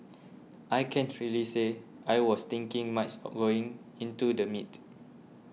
I can't really say I was thinking much going into the meet